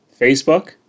Facebook